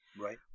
Right